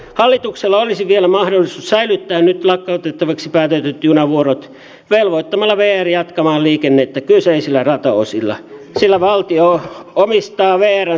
hallituksella olisi vielä mahdollisuus säilyttää nyt lakkautettavaksi päätetyt junavuorot velvoittamalla vr jatkamaan liikennettä kyseisillä rataosuuksilla sillä valtio omistaa vrn sataprosenttisesti